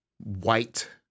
white